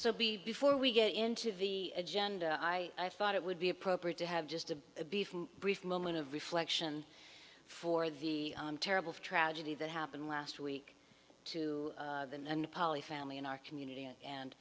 so b before we get into the agenda i thought it would be appropriate to have just a brief brief moment of reflection for the terrible tragedy that happened last week to the nepali family in our community and